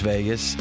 Vegas